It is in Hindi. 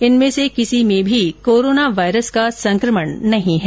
इनमें से किसी में भी कोरोना वायरस का संक्रमण नहीं है